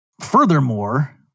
Furthermore